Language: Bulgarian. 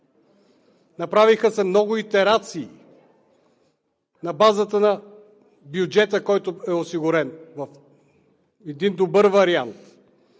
Направиха се много итерации на базата на бюджета, който е осигурен, в един добър вариант,